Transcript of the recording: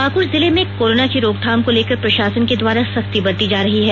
पाक्ड़ जिले में कोरोना की रोकथाम को लेकर प्रशासन के द्वारा सख्ती बरती जा रही है